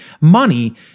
money